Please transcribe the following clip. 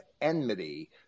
enmity